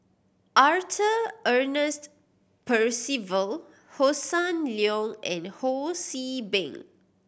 Arthur Ernest Percival Hossan Leong and Ho See Beng